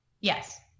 Yes